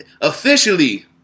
officially